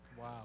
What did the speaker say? Wow